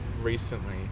recently